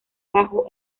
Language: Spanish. bajo